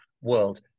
world